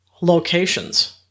locations